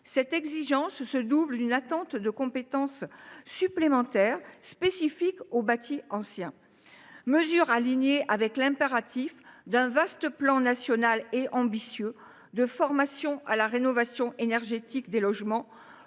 Cette exigence se double d’une attente de compétences supplémentaires spécifiques au bâti ancien. Cette dernière mesure est alignée avec l’impératif d’un vaste plan national et ambitieux de formation à la rénovation énergétique des logements,